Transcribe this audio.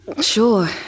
Sure